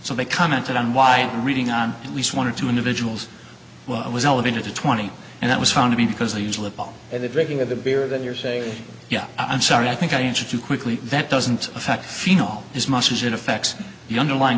so they commented on why reading on at least one or two individuals was elevated to twenty and that was found to be because they usually fall at the drinking of the beer that you're saying yeah i'm sorry i think i injured you quickly that doesn't affect feel as much as it affects the underlying